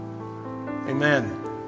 Amen